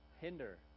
hinder